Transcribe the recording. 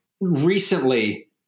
recently